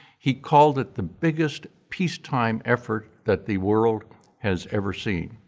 he called it the biggest peacetime effort that the world has ever seen.